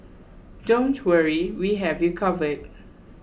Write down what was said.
don't worry we have you covered